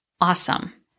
Awesome